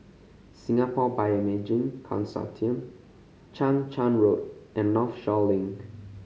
Singapore Bioimaging Consortium Chang Charn Road and Northshore Link